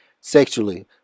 sexually